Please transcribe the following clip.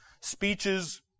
speeches